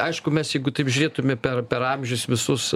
aišku mes jeigu taip žiūrėtume per per amžius visus